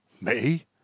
Me